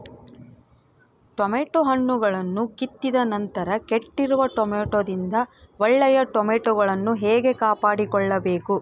Tomato ಹಣ್ಣುಗಳನ್ನು ಕಿತ್ತಿದ ನಂತರ ಕೆಟ್ಟಿರುವ ಟೊಮೆಟೊದಿಂದ ಒಳ್ಳೆಯ ಟೊಮೆಟೊಗಳನ್ನು ಹೇಗೆ ಕಾಪಾಡಿಕೊಳ್ಳಬೇಕು?